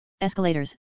escalators